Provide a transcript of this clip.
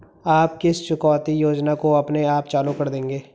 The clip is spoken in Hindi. आप किस चुकौती योजना को अपने आप चालू कर देंगे?